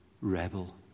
rebel